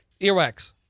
Earwax